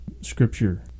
Scripture